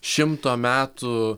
šimto metų